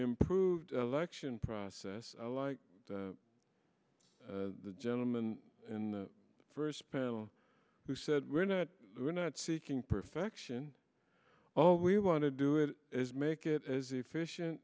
improved election process like the gentleman in the first barrel who said we're not we're not seeking perfection all we want to do it is make it as efficient